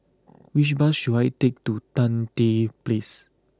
which bus should I take to Tan Tye Place